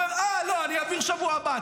הוא הראה, לא, אני אעביר שבוע הבא.